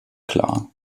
klar